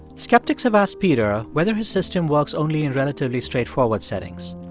skeptics have asked peter whether his system works only in relatively straightforward settings.